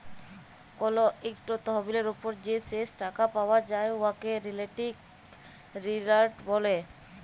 call ইকট তহবিলের উপর যে শেষ টাকা পাউয়া যায় উয়াকে রিলেটিভ রিটার্ল ব্যলে